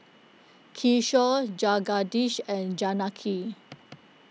Kishore Jagadish and Janaki